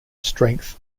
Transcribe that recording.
strength